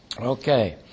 Okay